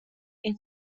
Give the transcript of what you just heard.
این